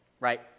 right